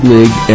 League